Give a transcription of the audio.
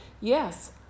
yes